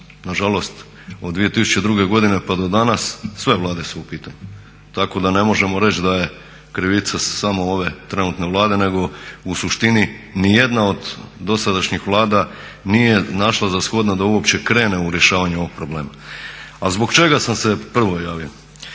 Na žalost od 2002. godine pa do danas sve Vlade su u pitanju, tako da ne možemo reći da je krivica samo ove trenutne Vlade, nego u suštini ni jedna od dosadašnjih Vlada nije našla za shodno da uopće krene u rješavanje ovog problema. A zbog čega sam se prvo javio?